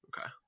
Okay